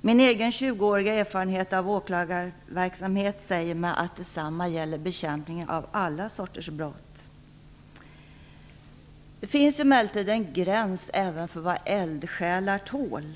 Min egen 20-åriga erfarenhet av åklagarverksamhet säger mig att detsamma gäller bekämpning av alla sorters brott. Det finns emellertid en gräns även för vad eldsjälar tål.